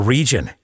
Region